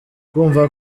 kumva